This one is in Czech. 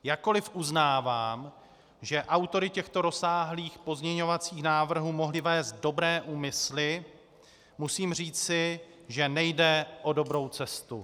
Jakkoli uznávám, že autory těchto rozsáhlých pozměňovacích návrhů mohly vést dobré úmysly, musím říci, že nejde o dobrou cestu.